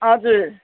हजुर